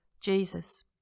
Jesus